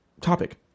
topic